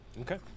Okay